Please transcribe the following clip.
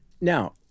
Now